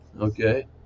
Okay